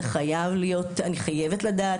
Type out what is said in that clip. אני חייבת לדעת,